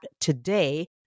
today